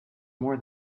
more